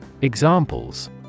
Examples